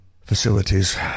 facilities